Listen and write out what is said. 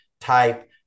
type